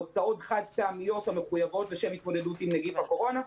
הוצאות חד-פעמיות המחויבות לשם התמודדות עם נגיף הקורונה,